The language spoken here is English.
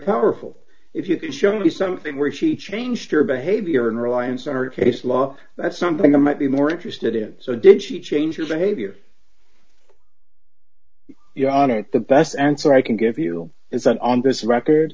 powerful if you can show me something where she changed her behavior and reliance on her case law that's something that might be more interested in so did she change your behavior you know on it the best answer i can give you is that on this record